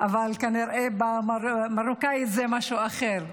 אבל כנראה במרוקאית זה משהו אחר.